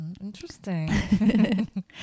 Interesting